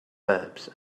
verbs